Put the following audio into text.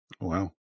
wow